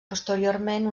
posteriorment